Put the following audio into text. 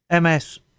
MS